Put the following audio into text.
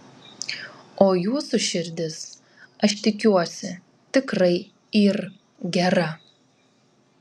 o jūsų širdis aš tikiuosi tikrai yr gera